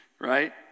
right